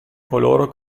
coloro